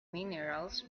minerals